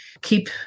keep